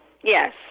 Yes